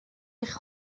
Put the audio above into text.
eich